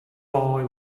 boy